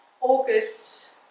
August